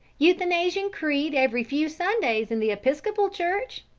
euthanasian creed every few sundays in the episcopal church.